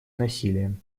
насилием